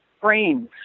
frames